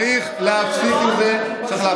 צריך להפסיק עם זה.